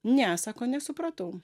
ne sako nesupratau